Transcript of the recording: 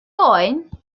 oen